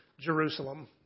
Jerusalem